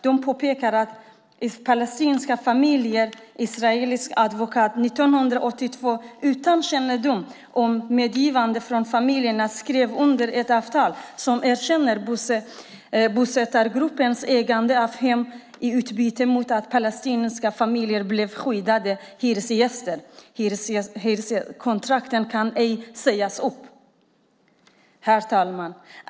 De påpekar att de palestinska familjernas israeliska advokat 1982, utan familjernas kännedom och medgivande, skrev under ett avtal som erkände bosättargruppens ägande av hemmen i utbyte mot att palestinska familjer blev skyddade hyresgäster, det vill säga att hyreskontrakten inte kan sägas upp. Herr talman!